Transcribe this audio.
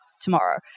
tomorrow